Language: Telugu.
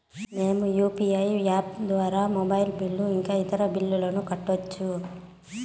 మేము యు.పి.ఐ యాప్ ద్వారా మొబైల్ బిల్లు ఇంకా ఇతర బిల్లులను కట్టొచ్చు